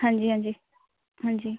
ਹਾਂਜੀ ਹਾਂਜੀ ਹਾਂਜੀ